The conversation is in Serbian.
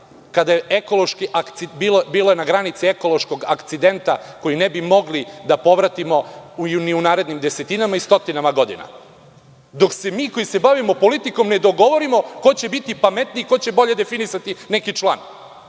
kada je bila na granici ekološkog akcidenta koji ne bi mogli da povratimo ni u narednim desetinama i stotinama godina, dok se mi koji se bavimo politikom ne dogovorimo ko će biti pametniji i ko će bolje definisati neki član